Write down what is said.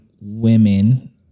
women